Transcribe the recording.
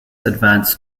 advance